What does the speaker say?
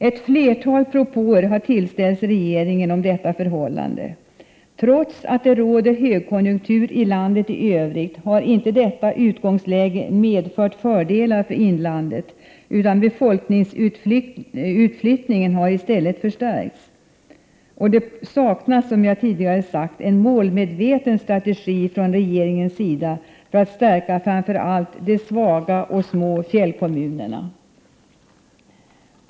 Ett flertal propåer har tillställts regeringen om förhållandet. Den omständigheten att det råder högkonjunktur i landet i övrigt har inte medfört fördelar för inlandet, utan befolkningsutflyttningen har i stället förstärkts. Det saknas, som jag tidigare sagt, en målmedveten strategi från regeringens sida för att stärka framför allt de svaga och små fjällkommunerna.